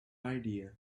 idea